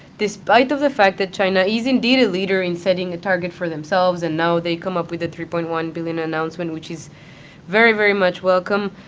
despite of the fact that china is indeed a leader in setting a target for themselves and now they've come up with a three point one billion dollars announcement which is very, very much welcome,